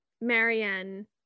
Marianne